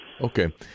Okay